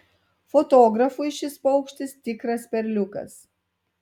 fotografui šis paukštis tikras perliukas